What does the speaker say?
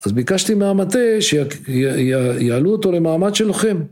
אז ביקשתי מהמטה שיעלו אותו למעמד של לוחם